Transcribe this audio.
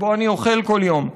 שבו אני אוכל כל יום,